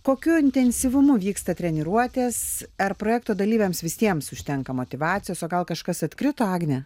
kokiu intensyvumu vyksta treniruotės ar projekto dalyviams visiems užtenka motyvacijos o gal kažkas atkrito agne